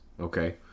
okay